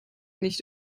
nicht